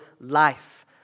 life